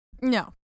no